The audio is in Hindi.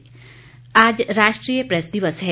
प्रैस दिवस आज राष्ट्रीय प्रेस दिवस है